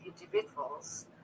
individuals